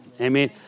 Amen